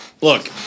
Look